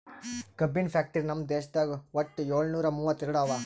ಕಬ್ಬಿನ್ ಫ್ಯಾಕ್ಟರಿ ನಮ್ ದೇಶದಾಗ್ ವಟ್ಟ್ ಯೋಳ್ನೂರಾ ಮೂವತ್ತೆರಡು ಅದಾವ್